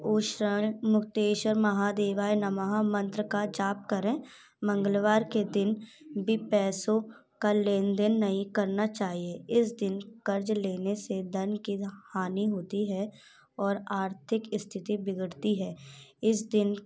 मुक्तेश्वर महादेवाय नमः मंत्र का जाप करें मंगलवार के दिन भी पैसों का लेन देन नहीं करना चाहिए इस दिन कर्ज लेने से धन की हानि होती है और आर्थिक स्थिति बिगड़ती है इस दिन